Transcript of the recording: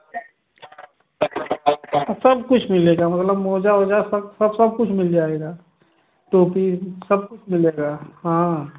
सब कुछ मिलेगा मतलब मोजा उजा सब सब सब कुछ मिल जाएगा टोपी सब कुछ मिलेगा हाँ